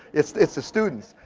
it's the it's the students,